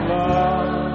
love